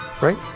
right